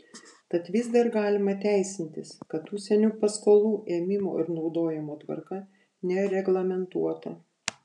tad vis dar galima teisintis kad užsienio paskolų ėmimo ir naudojimo tvarka nereglamentuota